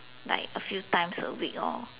like a few times a week lor